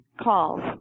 calls